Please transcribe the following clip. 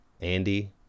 Andy